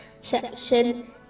section